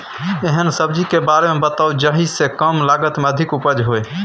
एहन सब्जी के बारे मे बताऊ जाहि सॅ कम लागत मे अधिक उपज होय?